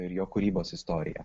ir jo kūrybos istoriją